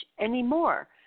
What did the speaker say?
anymore